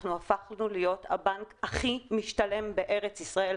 אנחנו הפכנו להיות הבנק הכי משתלם בארץ ישראל.